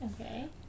Okay